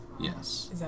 Yes